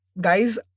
Guys